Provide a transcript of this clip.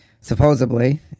Supposedly